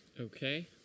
Okay